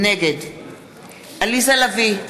נגד ישראל כץ, נגד עליזה לביא,